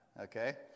Okay